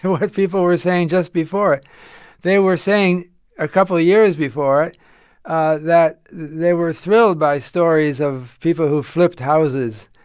people were saying just before they were saying a couple of years before ah that they were thrilled by stories of people who flipped houses,